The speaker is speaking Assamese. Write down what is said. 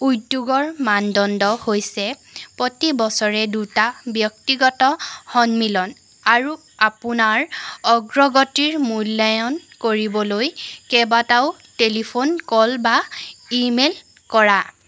উদ্যোগৰ মানদণ্ড হৈছে প্ৰতি বছৰে দুটা ব্যক্তিগত সন্মিলন আৰু আপোনাৰ অগ্ৰগতিৰ মূল্যায়ন কৰিবলৈ কেইবাটাও টেলিফোন কল বা ইমেইল কৰা